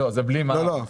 לא, זה בלי מע"מ.